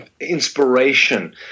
inspiration